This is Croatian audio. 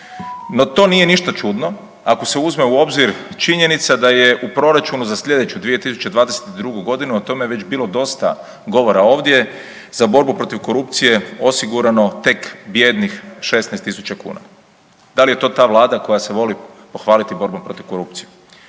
No to nije ništa čudno ako se uzme u obzir činjenica da je u proračunu za sljedeću 2022. godinu o tome već bilo dosta govora ovdje za borbu protiv korupcije osigurano tek bijednih 16000 kuna. Da li je to ta Vlada koja se voli pohvaliti borbom protiv korupcije?